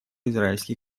израильский